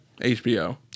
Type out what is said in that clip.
hbo